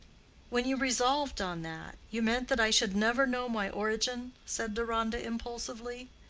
when you resolved on that, you meant that i should never know my origin? said deronda, impulsively.